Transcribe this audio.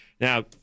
now